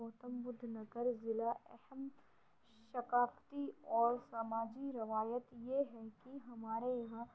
گوتم بدھ نگر ضلع اہم ثقافتی اور سماجی روایت یہ ہے کہ ہمارے یہاں